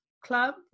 club